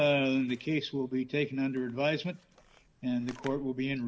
in the case will be taken under advisement and the court will be in